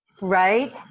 Right